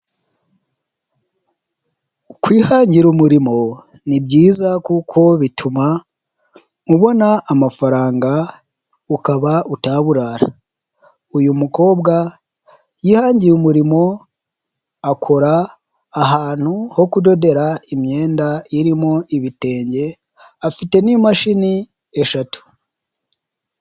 Kwihangira umurimo ni byiza kuko bituma ubona amafaranga ukaba utaburara. Uyu mukobwa yihangiye umurimo akora ahantu ho kudodera imyenda irimo ibitenge afite n'imashini eshatu.